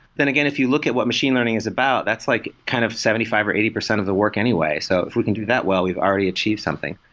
then, again, if you look at what machine learning is about, that's like kind of seventy five percent or eighty percent of the work anyway. so if we can do that well, we've already achieved something.